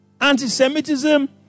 Anti-Semitism